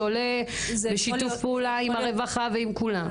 שעולה בשיתוף פעולה עם הרווחה ועם כולם.